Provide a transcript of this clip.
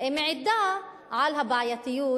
מעידה על הבעייתיות